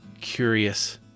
curious